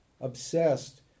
obsessed